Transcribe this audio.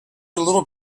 little